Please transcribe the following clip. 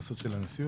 התייחסות של הנשיאות.